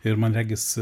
ir man regis